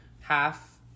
half